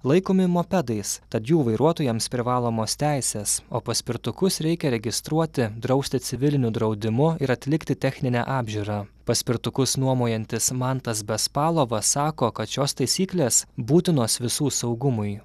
laikomi mopedais tad jų vairuotojams privalomos teisės o paspirtukus reikia registruoti drausti civiliniu draudimu ir atlikti techninę apžiūrą paspirtukus nuomojantis mantas bespalovas sako kad šios taisyklės būtinos visų saugumui